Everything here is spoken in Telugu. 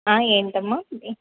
ఏంటమ్మ